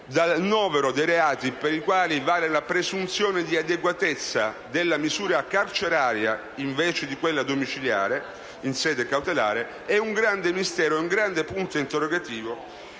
dal novero dei reati per i quali vale la presunzione di adeguatezza della misura carceraria invece di quella domiciliare in sede cautelare, è un grande punto interrogativo,